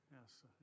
yes